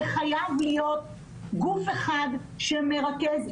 זה חייב להיות גוף אחד שמרכז.